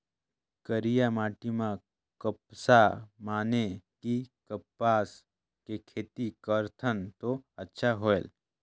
करिया माटी म कपसा माने कि कपास के खेती करथन तो अच्छा होयल?